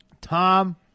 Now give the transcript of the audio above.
tom